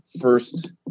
first